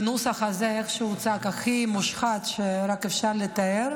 בנוסח הזה, כפי שהוצג, הכי מושחת שרק אפשר לתאר.